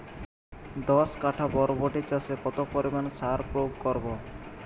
দশ কাঠা বরবটি চাষে কত পরিমাণ সার প্রয়োগ করব?